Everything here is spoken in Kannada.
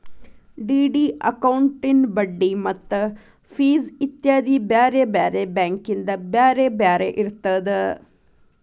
ಡಿ.ಡಿ ಅಕೌಂಟಿನ್ ಬಡ್ಡಿ ಮತ್ತ ಫಿಸ್ ಇತ್ಯಾದಿ ಬ್ಯಾರೆ ಬ್ಯಾರೆ ಬ್ಯಾಂಕಿಂದ್ ಬ್ಯಾರೆ ಬ್ಯಾರೆ ಇರ್ತದ